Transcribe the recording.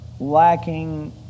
Lacking